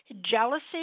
jealousy